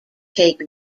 take